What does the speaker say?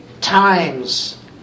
times